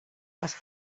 les